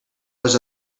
was